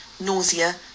nausea